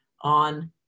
on